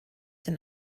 den